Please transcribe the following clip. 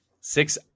Six